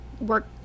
work